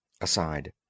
Aside